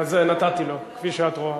אז נתתי לו, כפי שאת רואה.